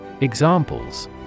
Examples